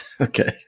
okay